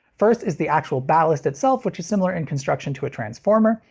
first is the actual ballast itself which is similar in construction to a transformer,